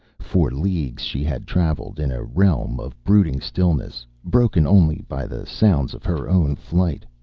for leagues she had traveled in a realm of brooding stillness, broken only by the sounds of her own flight.